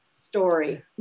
story